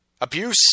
Abuse